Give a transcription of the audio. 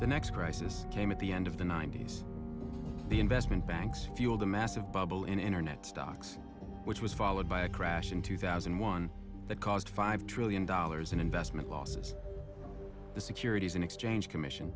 the next crisis came at the end of the ninety's the investment banks fuelled the massive bubble in internet stocks which was followed by a crash in two thousand and one that cost five trillion dollars in investment losses the securities and exchange commission